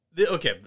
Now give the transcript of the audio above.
Okay